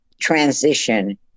transition